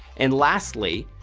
and lastly,